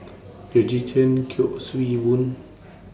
Georgette Chen Kuik Swee Boon